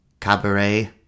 Cabaret